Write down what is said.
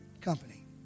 company